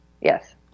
yes